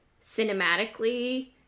cinematically